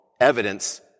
evidence